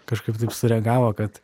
kažkaip taip sureagavo kad